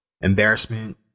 embarrassment